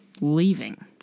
Leaving